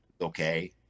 Okay